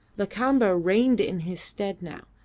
lakamba reigned in his stead now,